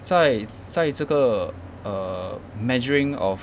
在在这个 err measuring of